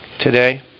today